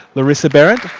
larissa behrendt,